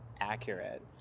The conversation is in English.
accurate